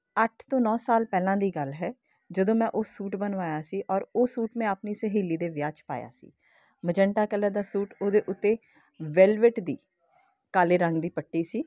ਅੱਠ ਤੋਂ ਨੌਂ ਸਾਲ ਪਹਿਲਾਂ ਦੀ ਗੱਲ ਹੈ ਜਦੋਂ ਮੈਂ ਉਹ ਸੂਟ ਬਣਵਾਇਆ ਸੀ ਔਰ ਉਹ ਸੂਟ ਮੈਂ ਆਪਣੀ ਸਹੇਲੀ ਦੇ ਵਿਆਹ 'ਚ ਪਾਇਆ ਸੀ ਮਜੰਟਾ ਕਲਰ ਦਾ ਸੂਟ ਉਹਦੇ ਉੱਤੇ ਵੈਲਵੈਟ ਦੀ ਕਾਲੇ ਰੰਗ ਦੀ ਪੱਟੀ ਸੀ